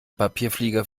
papierflieger